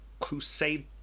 Crusade